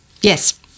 Yes